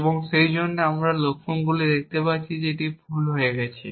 এবং সেইজন্য আমরা এর লক্ষণগুলি দেখতে পাচ্ছি এটি ভুল হয়ে গেছে